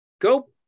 go